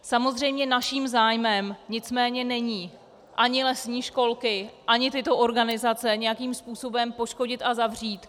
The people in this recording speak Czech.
Samozřejmě naším zájmem nicméně není ani lesní školky ani tyto organizace nějakým způsobem poškodit a zavřít.